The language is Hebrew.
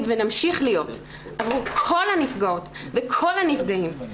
ונמשיך להיות עבור כל הנפגעות וכל הנפגעים.